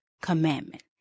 commandment